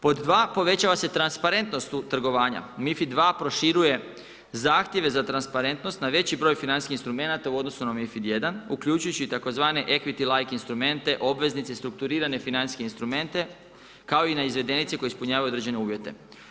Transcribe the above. Pod 2. povećava se transparentnost trgovanja, MiFID II proširuje zahtjeve za transparentnost na veći broj financijskih instrumenata u odnosu na MiFID I uključujući i tzv. eyuity like instrumente, obveznice i strukturirane financijske instrumente kao i na izvedenice koje ispunjavaju određene uvjete.